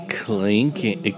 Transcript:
clinking